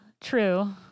true